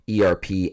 ERP